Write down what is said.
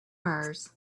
mars